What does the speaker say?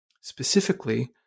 Specifically